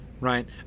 right